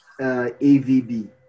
AVB